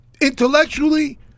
Intellectually